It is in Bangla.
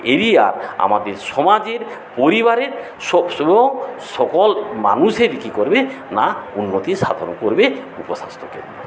এরিয়ার আমাদের সমাজের পরিবারের সবস রোগ সকল মানুষেরই কী করবে না উন্নতি সাধন করবে উপস্বাস্থ্য কেন্দ্র